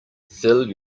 fill